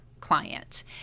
client